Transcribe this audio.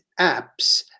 apps